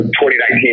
2019